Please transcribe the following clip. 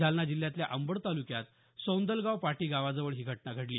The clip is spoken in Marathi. जालना जिल्ह्यातल्या अंबड तालुक्यात सौंदलगाव पाटी गावाजवळ ही घटना घडली